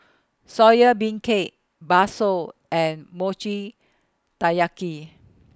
Soya Beancurd Bakso and Mochi Taiyaki